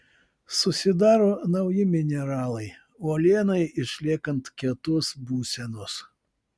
susidaro nauji mineralai uolienai išliekant kietos būsenos